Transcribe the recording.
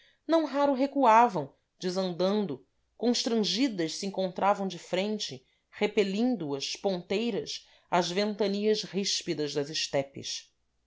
não raro recuavam desandando constrangidas se encontravam de frente repelindo as ponteiras as ventanias ríspidas das estepes